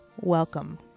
welcome